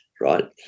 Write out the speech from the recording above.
right